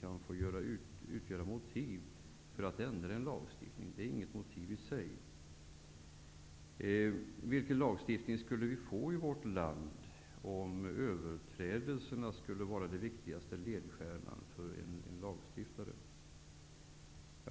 kan inte få utgöra motiv för att ändra en lagstiftning. Det är inget motiv i sig. Man kan undra vilken lagstiftning vi skulle få i vårt land om överträdelserna skulle vara den viktigaste ledstjärnan för en lagstiftare.